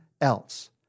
else